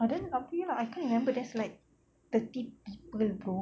ah then up to you lah I can't remember that's like thirty people bro